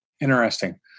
Interesting